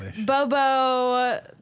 Bobo